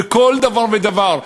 בכל דבר ודבר.